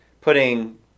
putting